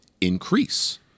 increase